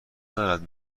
دارد